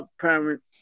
parents